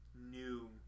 new